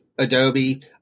Adobe